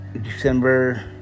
December